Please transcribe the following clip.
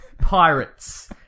Pirates